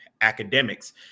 academics